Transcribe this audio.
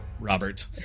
Robert